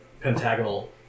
pentagonal